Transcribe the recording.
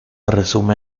resume